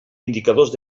indicadors